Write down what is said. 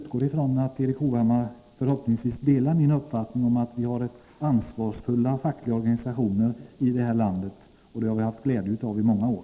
Förhoppningsvis delar Erik Hovhammar min uppfattning att vi har ansvarsfulla fackliga organisationer i det här landet, och det har vi haft glädje av i många år.